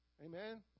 Amen